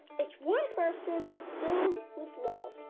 it's one person filled with love.